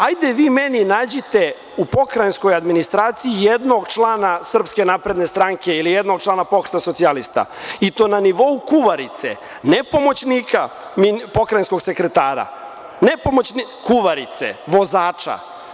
Hajde vi meni nađite u pokrajinskoj administraciji jednog člana SNS-a ili jednog člana Pokreta socijalista, i to na nivou kuvarice, ne pomoćnika pokrajinskog sekretara, već kuvarice, vozača.